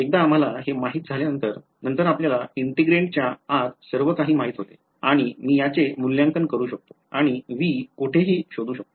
एकदा आम्हाला हे माहित झाल्यानंतर नंतर आपल्याला इंटिग्रेन्डच्या आत सर्वकाही माहित होते आणि मी याचे मूल्यांकन करू शकतो आणि V कुठेही शोधू शकतो